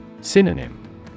Synonym